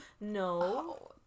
No